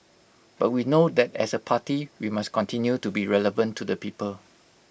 but we know that as A party we must continue to be relevant to the people